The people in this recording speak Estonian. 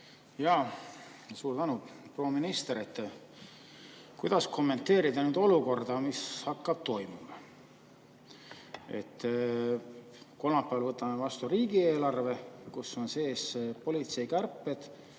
Suur tänu! Proua minister, kuidas kommenteerida olukorda, mis hakkab toimuma? Kolmapäeval võtame vastu riigieelarve, kus on sees politsei kärped.